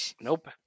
Nope